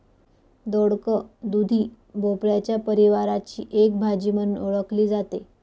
दोडक, दुधी भोपळ्याच्या परिवाराची एक भाजी म्हणून ओळखली जाते